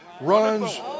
runs